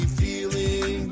feeling